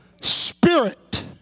spirit